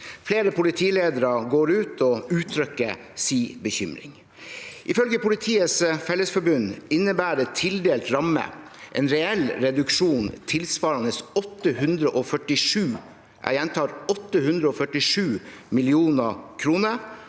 Flere politiledere går ut og uttrykker sin bekymring. Ifølge Politiets Fellesforbund innebærer tildelt ramme en reell reduksjon tilsvarende 847 – jeg gjentar